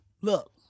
Look